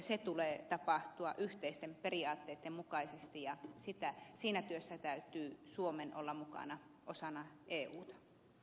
sen tulee tapahtua yhteisten periaatteitten mukaisesti ja siinä työssä täytyy suomen olla mukana osana euta